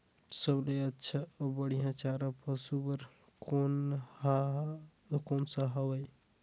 सबले अच्छा अउ बढ़िया चारा पशु बर कोन सा हवय?